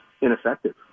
ineffective